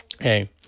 Hey